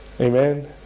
Amen